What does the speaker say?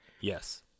Yes